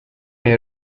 may